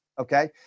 okay